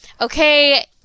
okay